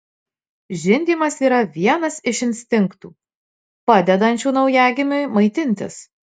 žindymas yra vienas iš instinktų padedančių naujagimiui maitintis